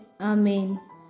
Amen